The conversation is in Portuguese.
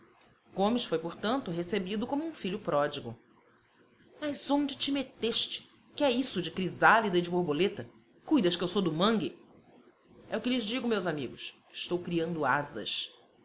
gomes foi portanto recebido como um filho pródigo mas onde te meteste que é isso de crisálida e de borboleta cuidas que eu sou do mangue é o que lhes digo meus amigos estou criando asas